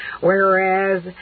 Whereas